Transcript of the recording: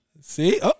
See